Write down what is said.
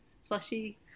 slushy